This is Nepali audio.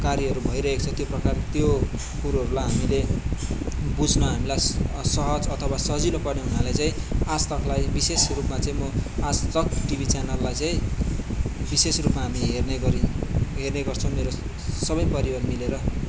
कार्यहरू भइरहेको छ त्यो प्रकार त्यो कुरोहरूलाई हामीले बुझ्न हामीलाई सहज अथवा सजिलो पर्ने हुनाले चाहिँ आजतकलाई चाहिँ विशेष रूपमा चाहिँ म आजतक टिभी च्यानललाई चाहिँ विशेष रूपमा हामी हेर्ने गरिन् हेर्ने गर्छ मेरो सबै परिवार मिलेर